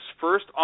first